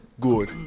good